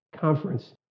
conference